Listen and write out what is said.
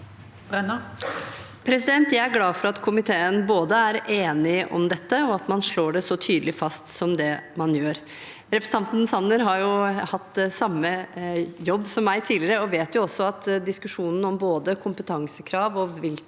Jeg er glad for at komiteen er enig om dette, og at man slår det så tydelig fast som det man gjør. Representanten Sanner har hatt samme jobb som meg tidligere og vet at diskusjonen om både kompetansekrav og hvilke